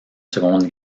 seconde